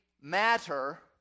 matter